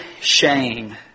shame